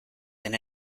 than